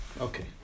Okay